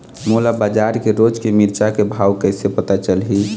मोला बजार के रोज के मिरचा के भाव कइसे पता चलही?